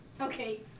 Okay